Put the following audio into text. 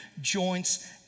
joints